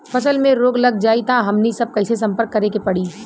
फसल में रोग लग जाई त हमनी सब कैसे संपर्क करें के पड़ी?